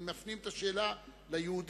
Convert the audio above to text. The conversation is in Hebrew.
הם מפנים את השאלה ליהודים,